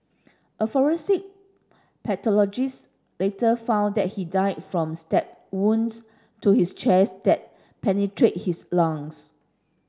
a forensic pathologist later found that he died from stab wounds to his chest that penetrated his lungs